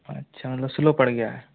अच्छा तो स्लो पड़ गया है